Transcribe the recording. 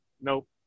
Nope